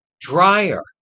dryer